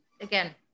again